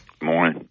morning